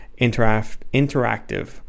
interactive